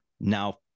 now